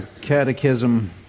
catechism